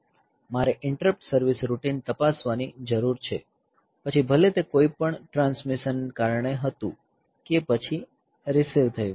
મારે interrupts service routine તપાસવાની જરૂર છે પછી ભલે તે કોઈ ટ્રાન્સમિશનને કારણે હતું કે પછી રીસીવ થયું